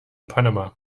panama